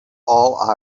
all